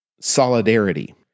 solidarity